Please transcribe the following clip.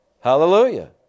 Hallelujah